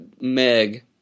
Meg